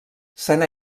sena